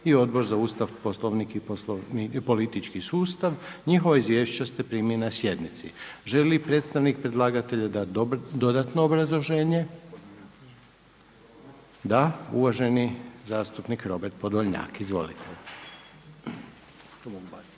i Odbor za Ustav, Poslovnik i politički sustav, njihova izvješća ste primili na sjednici. Želi li predstavnik predlagatelja dati dodatno obrazloženje? Da. Uvaženi zastupnik Robert POdolnjak. Izvolite.